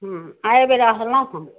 हूँ आबि रहलहुँ हँ